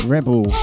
Rebel